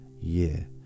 year